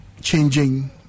changing